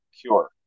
cure